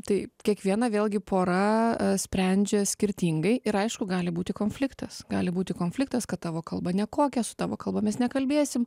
tai kiekviena vėlgi pora sprendžia skirtingai ir aišku gali būti konfliktas gali būti konfliktas kad tavo kalba nekokia su tavo kalbomis nekalbėsim